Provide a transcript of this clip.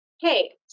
hey